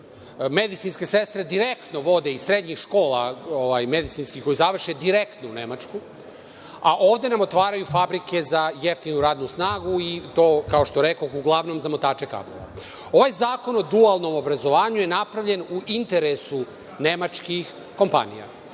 Medicinske sestre direktno vode iz srednjih škola, medicinskih koje završe, direktno u Nemačku, a ovde nam otvaraju fabrike za jeftinu radnu snagu i to, kao što rekoh, uglavnom za motače kablova. Ovaj zakon o dualnom obrazovanju je napravljen u interesu nemačkih kompanija.